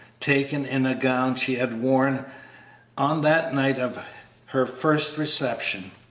taken in the gown she had worn on that night of her first reception.